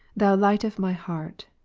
thou light of my heart.